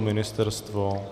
Ministerstvo?